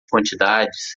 quantidades